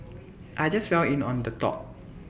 I just fell in on the top